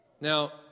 Now